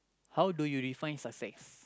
how do you refine success